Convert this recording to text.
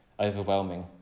Overwhelming